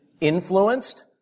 influenced